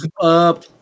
up